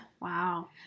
Wow